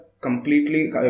completely